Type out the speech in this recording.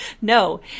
No